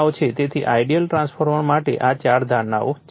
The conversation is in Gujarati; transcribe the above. તેથી આઇડીઅલ ટ્રાન્સફોર્મર માટે આ 4 ધારણાઓ છે